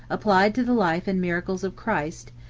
applied to the life and miracles of christ,